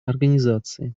организации